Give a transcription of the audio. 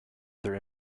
their